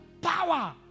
Power